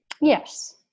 Yes